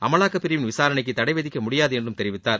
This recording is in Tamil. அமலாக்கப் பிரிவின் விசாரணைக்கு தடைவிதிக்க முடியாது என்றும் தெரிவித்தார்